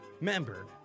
member